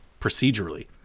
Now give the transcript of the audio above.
Procedurally